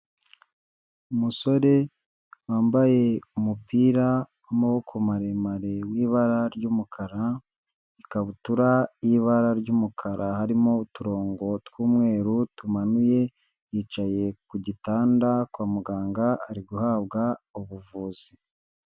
Umusore wambaye umupira w'amaboko maremare w'ibara ry'umukara, ikabutura y'ibara ry'umukara harimo uturongo tw'umweru tumanuye yicaye ku gitanda kwa muganga ari guhabwa ubuvuzi.